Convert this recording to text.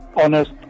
honest